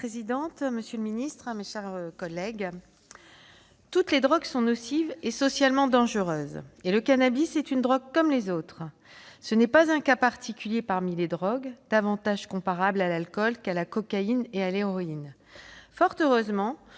monsieur le secrétaire d'État, mes chers collègues, toutes les drogues sont nocives et socialement dangereuses. Le cannabis est une drogue comme les autres. Ce n'est pas un cas particulier, davantage comparable à l'alcool qu'à la cocaïne et à l'héroïne. Fort heureusement,